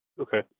Okay